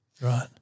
Right